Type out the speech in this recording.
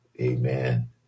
Amen